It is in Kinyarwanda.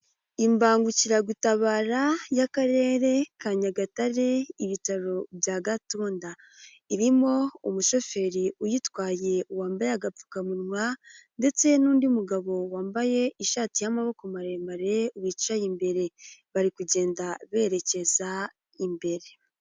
Imbangukiragutabara y'Akarere ka Nyagatare, ibitaro bya Gatunda, irimo umushoferi uyitwaye wambaye agapfukamunwa ndetse n'undi mugabo wambaye ishati y'amaboko maremare, wicaye imbere. Bari kugenda berekeza imbere.